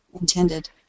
intended